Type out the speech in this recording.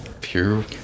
Pure